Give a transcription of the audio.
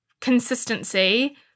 consistency